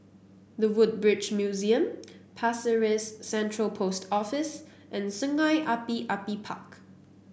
The Woodbridge Museum Pasir Ris Central Post Office and Sungei Api Api Park